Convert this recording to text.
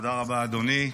תודה רבה, אדוני.